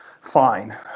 fine